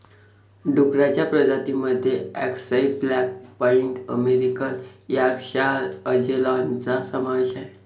डुक्करांच्या प्रजातीं मध्ये अक्साई ब्लॅक पाईड अमेरिकन यॉर्कशायर अँजेलॉनचा समावेश आहे